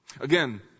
Again